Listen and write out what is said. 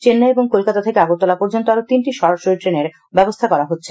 চেন্নাই এবং কলকাতা থেকে আগরতলা পর্যন্ত আরো তিনটি সরাসরি ট্রেনের ব্যবস্থা করা হচ্ছে